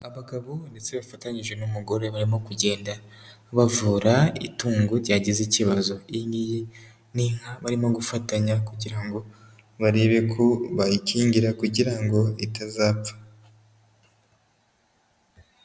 Abagabo ndetse bafatanyije n'umugore barimo kugenda bavura itungo ryagize ikibazo, iyi ngiyi ni inka barimo gufatanya kugira ngo barebe ko bayikingira kugira ngo itazapfa.